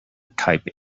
type